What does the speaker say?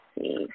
see